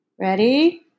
Ready